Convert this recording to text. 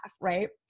right